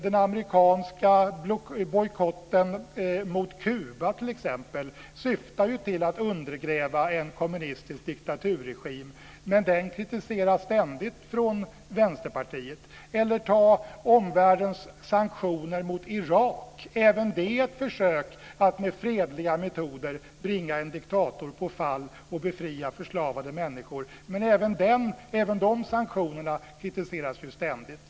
Den amerikanska bojkotten mot Kuba t.ex. syftar ju till att undergräva en kommunistisk diktaturregim, men den kritiseras ständigt från Vänsterpartiet. Eller ta omvärldens sanktioner mot Irak, även de ett försök att med fredliga metoder bringa en diktator på fall och befria förslavade människor. Men även de sanktionerna kritiseras ju ständigt.